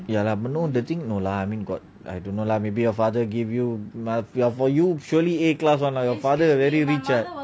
ya lah but no the thing no lah I mean got I don't know lah maybe your father give you for you surely a class one lah your father very rich ah